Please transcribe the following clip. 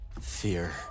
Fear